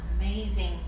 amazing